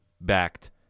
backed